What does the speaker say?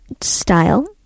style